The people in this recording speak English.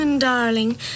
Darling